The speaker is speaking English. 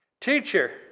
Teacher